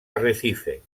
arrecife